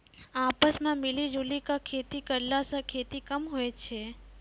आपस मॅ मिली जुली क खेती करला स खेती कम होय छै